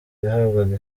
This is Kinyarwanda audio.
yahabwaga